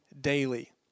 daily